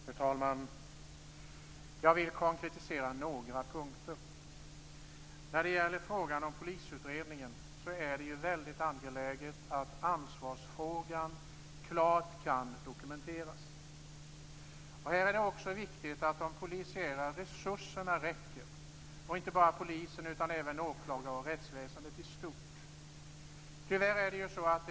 Fru talman! Jag vill konkretisera några punkter. Vad gäller polisutredningen är det väldigt angeläget att ansvarsfrågan klart kan dokumenteras. Det är väl också viktigt att de polisiära resurserna liksom även åklagar och rättsväsendet i stort räcker till.